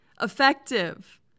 Effective